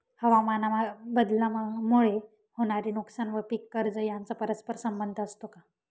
हवामानबदलामुळे होणारे नुकसान व पीक कर्ज यांचा परस्पर संबंध असतो का?